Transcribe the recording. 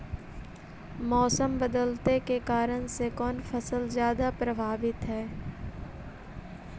मोसम बदलते के कारन से कोन फसल ज्यादा प्रभाबीत हय?